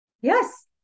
Yes